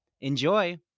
Enjoy